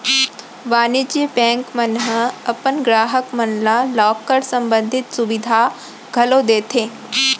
वाणिज्य बेंक मन ह अपन गराहक मन ल लॉकर संबंधी सुभीता घलौ देथे